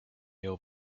your